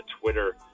Twitter